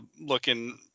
looking